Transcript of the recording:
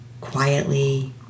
quietly